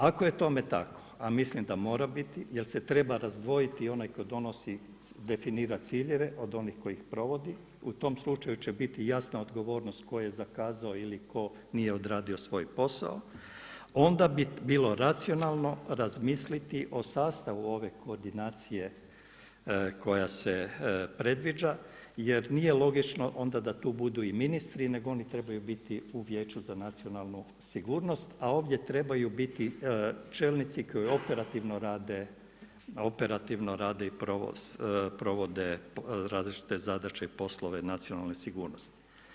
Ako je tome tako, a mislim da mora biti jer se treba razdvojiti onaj koji definira ciljeve, od onih tko ih provodi, u tom slučaju će biti jasna odgovornost tko je zakazao ili tko nije odradio svoj posao, onda bi bilo racionalno razmisliti o sastavu ove koordinacije koja se predviđa jer nije logično onda da tu budu i ministri nego oni trebaju biti u Vijeću za nacionalnu sigurnost, a ovdje trebaju biti čelnici koji operativno rade i provode različite zadaće i poslove nacionalne sigurnosti.